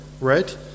right